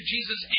Jesus